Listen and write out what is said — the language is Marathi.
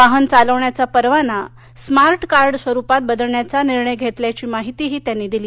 वाहन चालवण्याचा परवाना स्मार्ट कार्ड स्वरूपात बदलण्याचा निर्णय घेतल्याची माहितीही त्यांनी दिली